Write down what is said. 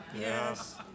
Yes